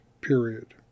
Period